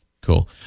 Cool